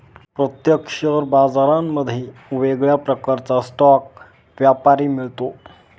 प्रत्येक शेअर बाजारांमध्ये वेगळ्या प्रकारचा स्टॉक व्यापारी मिळतो